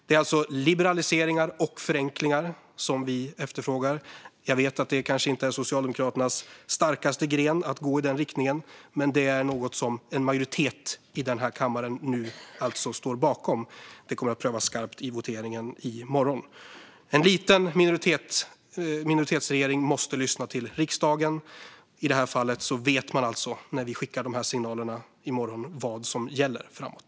Det är alltså fråga om liberaliseringar och förenklingar som vi efterfrågar. Jag vet att det inte är Socialdemokraternas starkaste gren att gå i den riktningen, men det är något som en majoritet i kammaren står bakom och som kommer att prövas skarpt i voteringen i morgon. En liten minoritetsregering måste lyssna till riksdagen. När signalerna skickas i morgon vet vi vad som gäller framåt.